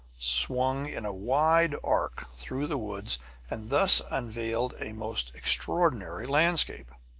swung in a wide arc through the woods and thus unveiled a most extraordinary landscape.